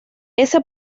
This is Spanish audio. ese